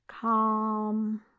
calm